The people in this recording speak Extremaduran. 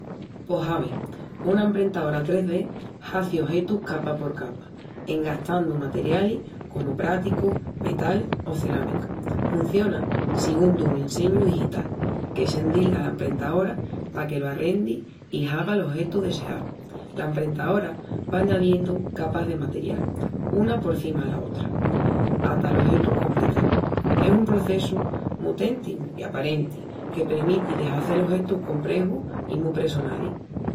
Pos ave, una emprentaora 3D hazi ojetus capa por capa, en gastandu materialis comu práticu, metal o cerámica. Hunciona sigún dun inseñu digital, que s'endilga ala emprentaora paque lo arrendi i haga'l ojetu deseau. La emprentaora va añidiendu capas de material, una porcima la otra, hata l'ojetu compretal. Es un processu mu téntigu i aparenti, que premiti de hazel ojetus comprexus i mu pressonalis.